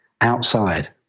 outside